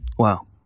Wow